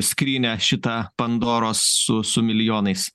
skrynią šitą pandoros su su milijonais